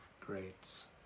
greats